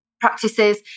practices